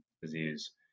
disease